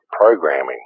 programming